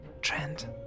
Trent